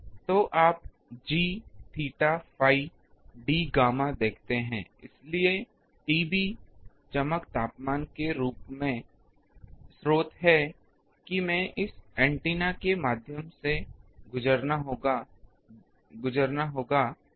तो आप G theta phi d gamma देखते हैं इसलिए TB चमक तापमान के रूप में स्रोत है कि मैं इस एंटीना के माध्यम से गुजरना होगा जो एक n है